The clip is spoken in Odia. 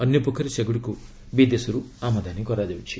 ଅନ୍ୟପକ୍ଷରେ ସେଗୁଡ଼ିକୁ ବିଦେଶରୁ ଆମଦାନୀ କରାଯାଉଛି